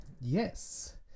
Yes